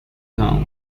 town